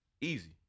easy